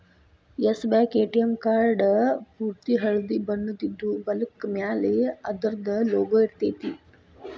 S Bank ATM card ಪೂರ್ತಿ ಹಳ್ದಿ ಬಣ್ಣದಿದ್ದು, ಬಲಕ್ಕ ಮ್ಯಾಲೆ ಅದರ್ದ್ ಲೊಗೊ ಇರ್ತೆತಿ